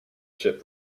ship